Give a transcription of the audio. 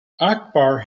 akbar